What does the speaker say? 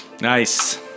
Nice